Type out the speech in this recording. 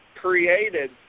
created